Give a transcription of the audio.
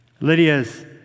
Lydia's